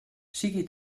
sigui